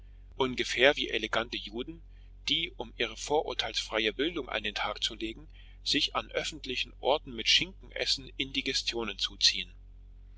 ungefähr wie elegante juden die um ihre vorurteilsfreie bildung an den tag zu legen sich an öffentlichen orten mit schinkenessen indigestionen zuziehen